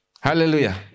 Hallelujah